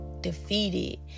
defeated